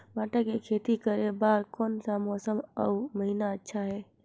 भांटा के खेती करे बार कोन सा मौसम अउ महीना अच्छा हे?